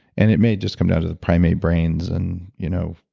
and it may just come down to the primate brains and you know